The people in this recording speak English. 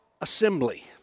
assembly